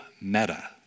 meta